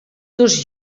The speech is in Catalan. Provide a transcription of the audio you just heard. dos